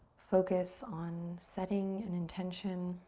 focus on setting an intention,